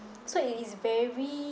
so it is very